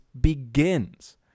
begins